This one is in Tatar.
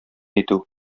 итү